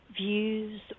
views